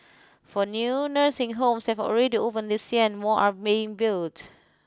four new nursing homes have already opened this year and more are being built